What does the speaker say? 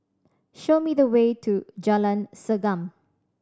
show me the way to Jalan Segam